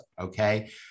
Okay